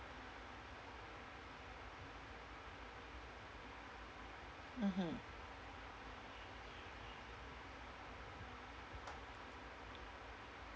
mmhmm